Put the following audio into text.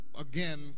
Again